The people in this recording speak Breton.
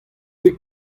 bet